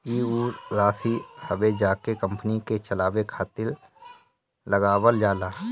ई ऊ राशी हवे जेके कंपनी के चलावे खातिर लगावल जाला